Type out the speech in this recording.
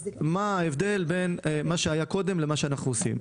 זה מה ההבדל בין מה שהיה קודם למה שאנחנו עושים.